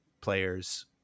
players